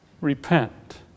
Repent